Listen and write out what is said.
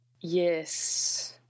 Yes